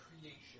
creation